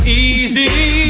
easy